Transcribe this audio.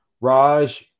Raj